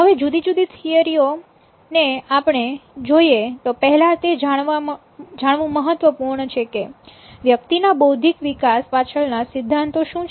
હવે જુદી જુદી થિયરીઓ ને આપણે જોઈએ તો પહેલાં તે જાણવું મહત્વપૂર્ણ છે કે વ્યક્તિ ના બૌદ્ધિક વિકાસ પાછળ ના સિદ્ધાંતો શું છે